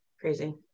crazy